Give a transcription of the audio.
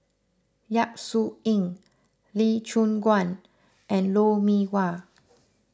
Yap Su Yin Lee Choon Guan and Lou Mee Wah